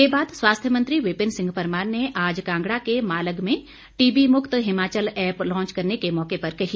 ये बात स्वास्थ्य मंत्री विपिन सिह परमार ने आज कांगड़ा के मालग में टीबी मुक्त हिमाचल एप्प लॉच करने के मौके पर कही